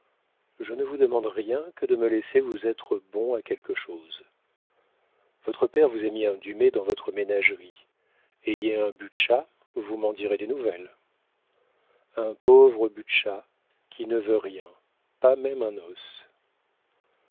je ne vous demande rien que de me laisser vous être bon à quelque chose votre père vous a mis un dumay dans votre ménagerie ayez un butscha vous m'en direz des nouvelles un pauvre butscha qui ne veut rien pas même un os